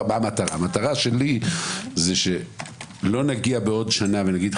המטרה שלי היא שלא נגיע בעוד שנה ונגיד,